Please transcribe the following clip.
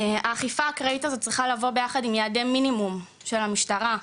האכיפה האקראית הזאת צריכה לבוא יחד עם יעדי מינימום של המשטרה,